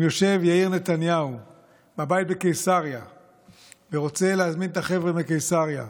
אם יושב יאיר נתניהו בבית בקיסריה ורוצה להזמין את החבר'ה מקיסריה,